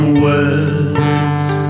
words